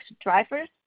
drivers